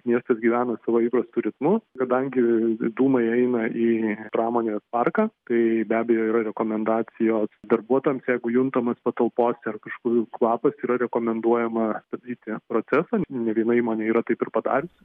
miestas gyvena savo įprastu ritmu kadangi dūmai eina į pramonės parką tai be abejo yra rekomendacijos darbuotojams jeigu juntamas patalpose ar kažkur kvapas yra rekomenduojama stabdyti procesą ne viena įmonė yra taip ir padariusi